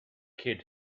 kid